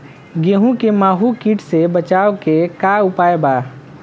गेहूँ में माहुं किट से बचाव के का उपाय बा?